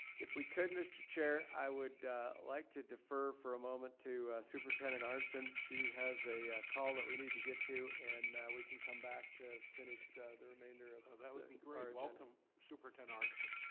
if we could, mr. chair, i would like to defer for a moment to superintendent arntzen. she has a call that we need to get to, and we can come back to finish the remainder oh, that would be great. welcome, superintendent arntzen.